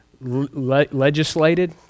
legislated